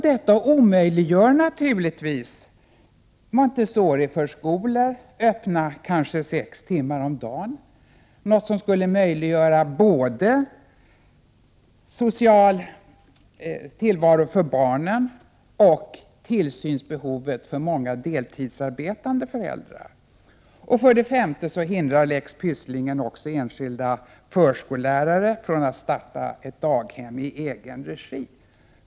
Detta omöjliggör naturligtvis Montessoriförskolor, vilka kanske är öppna sex timmar om dagen, något som skulle kunna både möjliggöra social tillvaro för barnen och tillgodose tillsynsbehovet för många deltidsarbetande föräldrar. För det femte hindrar lex Pysslingen också enskilda förskollärare från att starta ett daghem i egen regi.